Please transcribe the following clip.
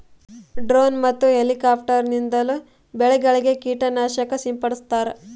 drone ಮತ್ತು helicopter ನಿಂದಲೂ ಬೆಳೆಗಳಿಗೆ ಕೀಟ ನಾಶಕ ಸಿಂಪಡಿಸ್ತಾರ